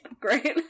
great